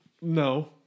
No